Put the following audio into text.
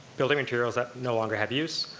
building materials that no longer have use,